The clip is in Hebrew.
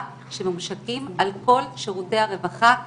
שממושקים על כל שירותי הרווחה בקהילה,